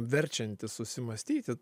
verčiantis susimąstyti